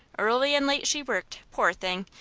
early and late she worked, poor thing,